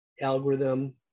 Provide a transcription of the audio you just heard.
algorithm